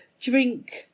drink